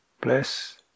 Bless